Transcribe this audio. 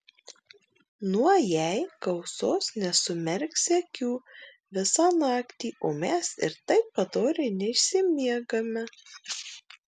nuo jei gausos nesumerksi akių visą naktį o mes ir taip padoriai neišsimiegame